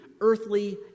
earthly